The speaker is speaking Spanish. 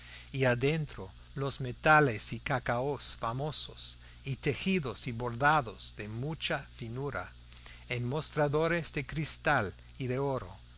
y adentro los metales y cacaos famosos y tejidos y bordados de mucha finura en mostradores de cristal y de oro el pabellón de